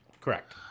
Correct